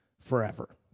forever